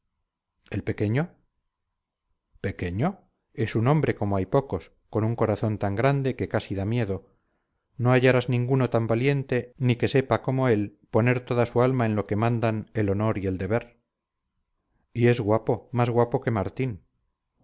el pequeño pequeño es un hombre como hay pocos con un corazón tan grande que casi da miedo no hallarás ninguno tan valiente ni que sepa como él poner toda su alma en lo que mandan el honor y el deber y es guapo más guapo que martín